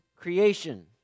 creation